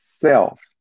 self